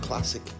Classic